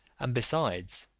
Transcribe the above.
and besides,